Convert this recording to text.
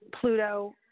Pluto